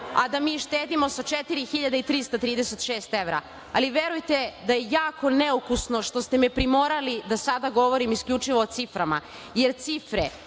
a da mi štedimo sa 4.336 evra. Verujte da je jako neukusno što ste me primorali da sada govorim isključivo o ciframa jer cifre,